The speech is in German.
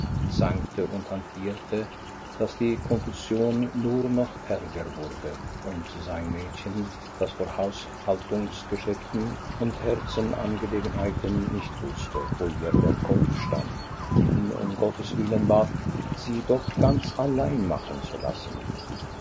und hantierte daß die konfusion nur noch ärger wurde und sein mädchen das vor haushaltungsgeschäften und herzensangelegenheiten nicht wußte wo ihr der kopf stand ihn um gottes willen bat sie doch ganz allein machen zu lassen